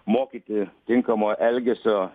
mokyti tinkamo elgesio